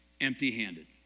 empty-handed